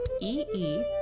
E-E